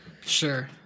sure